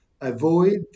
avoid